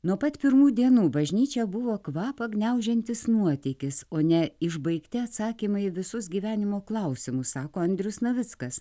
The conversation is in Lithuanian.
nuo pat pirmų dienų bažnyčia buvo kvapą gniaužiantis nuotykis o ne išbaigti atsakymai į visus gyvenimo klausimus sako andrius navickas